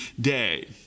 day